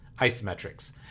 isometrics